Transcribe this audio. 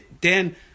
Dan